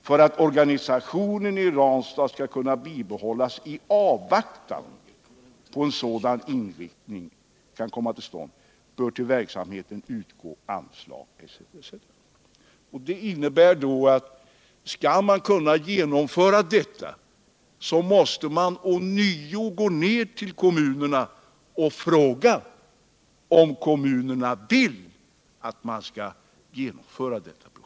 För att organisationen i Ranstad skall kunna bibehållas i avvaktan på att en sådan inriktning kan komma till stånd bör till verksamheten utgå ett anslag av samma storleksordning som innevarande budgetår.” Skall man kunna genomföra detta projekt, måste man ånyo. gå till kommunerna och fråga om de vill att man skall genomföra det.